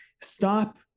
stop